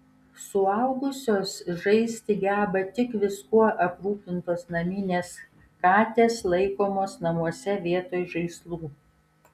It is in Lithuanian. suaugusios žaisti geba tik viskuo aprūpintos naminės katės laikomos namuose vietoj žaislų